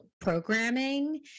programming